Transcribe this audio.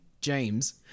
James